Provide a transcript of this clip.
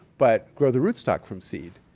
but grow the root stock from seed.